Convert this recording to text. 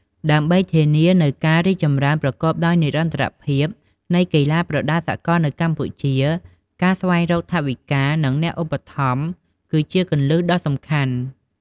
ដើម្បីធានានូវការរីកចម្រើនប្រកបដោយនិរន្តរភាពនៃកីឡាប្រដាល់សកលនៅកម្ពុជា ការស្វែងរកថវិកា និងអ្នកឧបត្ថម្ភ គឺជាគន្លឹះដ៏សំខាន់។